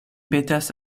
petas